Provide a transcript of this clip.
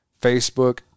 Facebook